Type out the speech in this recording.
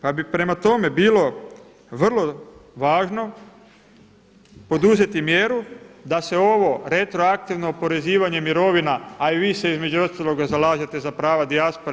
Pa bi prema tome bilo vrlo važno poduzeti mjeru da se ovo retroaktivno oporezivanje mirovina a i vi se između ostaloga zalažete za prava dijaspore.